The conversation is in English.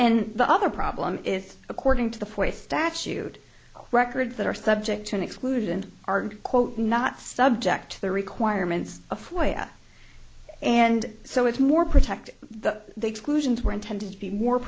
and the other problem is according to the fourth statute records that are subject to an exclusion are quote not subject to the requirements of floyd and so it's more protect the exclusions were intended to be more